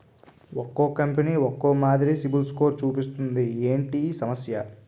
ఒక్కో కంపెనీ ఒక్కో మాదిరి సిబిల్ స్కోర్ చూపిస్తుంది ఏంటి ఈ సమస్య?